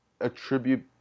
attribute